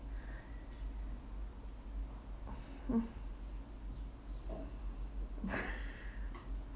mm